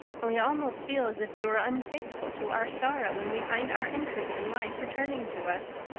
and we almost feel as if we were unfaithful to our sorrow when we find our interest in life returning to us.